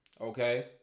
Okay